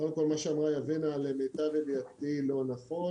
קודם כל, מה שאמרה יבינה למיטב ידיעתי לא נכון.